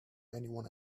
anyone